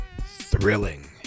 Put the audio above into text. Thrilling